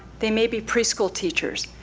they may be preschool teachers.